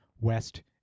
West